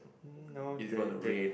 mm no they they